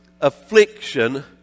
affliction